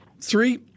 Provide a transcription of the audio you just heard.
three